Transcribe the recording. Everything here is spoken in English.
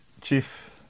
Chief